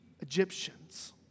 Egyptians